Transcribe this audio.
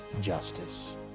justice